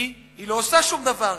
כי היא לא עושה שום דבר.